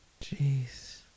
Jeez